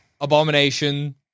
Abomination